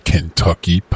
Kentucky